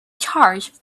charge